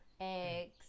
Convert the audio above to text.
eggs